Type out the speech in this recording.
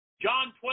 John